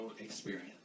experience